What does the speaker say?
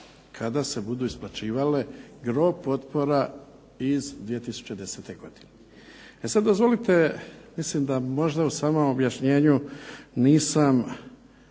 kada se budu isplaćivale gro potpora iz 2010. godine. E sad dozvolite, mislim da možda u samom objašnjenju nisam